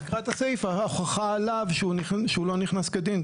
תקרא את הסעיף ההוכחה עליו שהוא לא נכנס כדין.